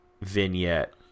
vignette